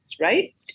right